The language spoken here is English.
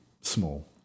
small